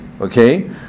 okay